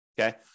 okay